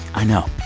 i know.